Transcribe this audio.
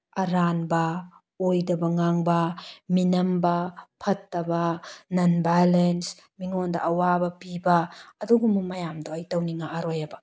ꯑꯔꯥꯟꯕ ꯑꯣꯏꯗꯕ ꯅꯥꯡꯕ ꯃꯤꯅꯝꯕ ꯐꯠꯇꯕ ꯅꯣꯟ ꯚꯥꯏꯂꯦꯟꯁ ꯃꯤꯉꯣꯟꯗ ꯑꯋꯥꯕ ꯄꯤꯕ ꯑꯗꯨꯒꯨꯝꯕ ꯃꯌꯥꯝꯗꯣ ꯑꯩ ꯇꯧꯅꯤꯡꯉꯛꯑꯔꯣꯏꯕ